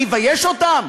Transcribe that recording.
אני אבייש אותם?